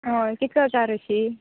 हय कितलो आसा हरशीं